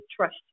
trust